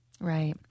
Right